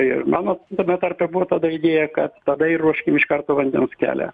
ir mano tame tarpe buvo tada idėja tada ir ruoškim iš karto vandens kelią